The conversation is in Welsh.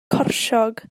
corsiog